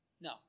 No